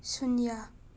ꯁꯨꯟꯌꯥ